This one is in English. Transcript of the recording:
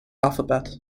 alphabet